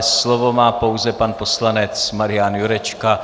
Slovo má pouze pan poslanec Marian Jurečka.